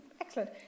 Excellent